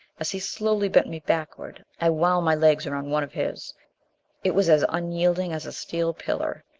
as he slowly bent me backward, i wound my legs around one of his it was as unyielding as a steel pillar.